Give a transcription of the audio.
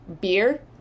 Beer